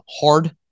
hard